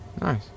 nice